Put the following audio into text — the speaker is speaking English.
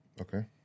Okay